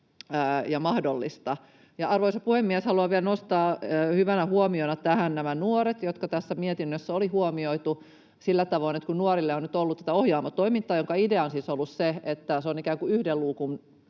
ja mahdollista. Arvoisa puhemies! Haluan vielä nostaa hyvänä huomiona tähän nämä nuoret, jotka tässä mietinnössä oli huomioitu sillä tavoin, että kun nuorille on nyt ollut tätä Ohjaamo-toimintaa, jonka idea on siis ollut se, että se on ikään kuin yhden luukun